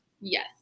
Yes